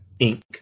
Inc